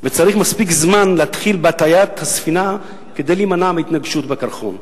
וצריך מספיק זמן מראש להתחיל בהטיית הספינה כדי להימנע מהתנגשות בקרחון.